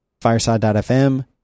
Fireside.fm